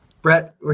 Brett